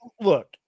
look